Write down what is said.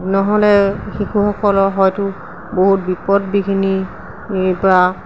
নহ'লে শিশুসকলৰ হয়তো বহুত বিপদ বিঘিনিৰপৰা